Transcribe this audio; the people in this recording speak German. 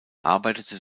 arbeitete